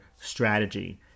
strategy